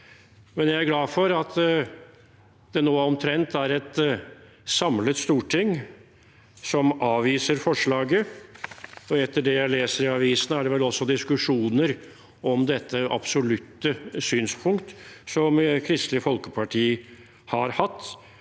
men jeg er glad for at det nå omtrent er et samlet storting som avviser forslaget. Etter det jeg leser i avisene, er det vel også diskusjoner om dette absolutte synspunkt som Kristelig Folkeparti har hatt,